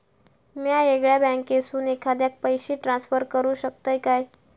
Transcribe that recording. म्या येगल्या बँकेसून एखाद्याक पयशे ट्रान्सफर करू शकतय काय?